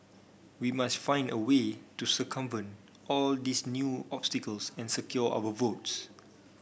we must find a way to circumvent all these new obstacles and secure our votes